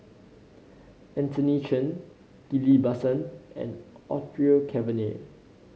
Anthony Chen Ghillie Basan and Orfeur Cavenagh